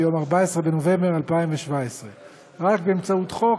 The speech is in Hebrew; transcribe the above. ביום 14 בנובמבר 2017. רק באמצעות חוק